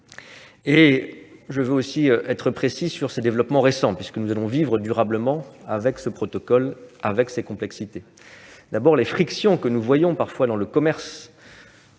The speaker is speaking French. Je veux être précis sur les développements récents, puisque nous allons vivre durablement avec ce protocole et ces complexités. Les frictions que nous constatons parfois dans le commerce